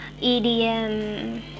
EDM